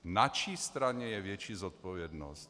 Na čí straně je větší zodpovědnost?